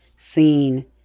seen